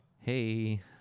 hey